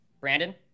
Brandon